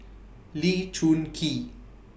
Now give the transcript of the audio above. Lee Choon Kee